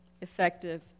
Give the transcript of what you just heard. effective